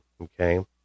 okay